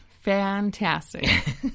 Fantastic